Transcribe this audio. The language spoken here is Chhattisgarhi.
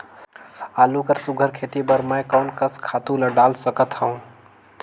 आलू कर सुघ्घर खेती बर मैं कोन कस खातु ला डाल सकत हाव?